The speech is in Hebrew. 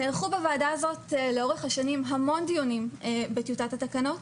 נערכו בוועדה הזאת לאורך השנים המון דיונים בקליטת התקנות,